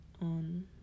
on